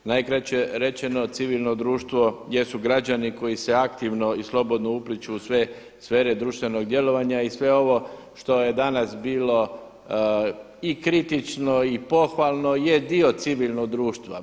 Najkraće rečeno, civilno društvo jesu građani koji se aktivno i slobodno upliću u sve sfere društvenog djelovanja i sve ovo što je danas bilo i kritično i pohvalno je dio civilnog društva.